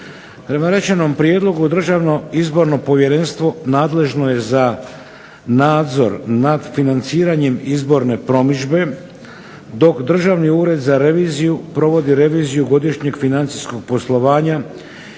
Prema rečenom Prijedlogu Državno izborno povjerenstvo nadležno je za nadzor nad financiranjem izborne promidžbe, dok Državni ured za reviziju provodi reviziju godišnjeg financijskog poslovanja